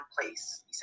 place